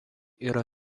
yra